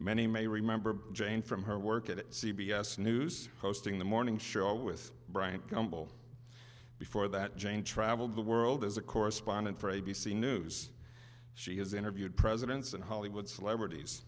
many may remember jane from her work at c b s news hosting the morning show with bryant gumbel before that jane traveled the world as a correspondent for a b c news she has interviewed presidents and hollywood celebrities